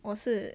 我是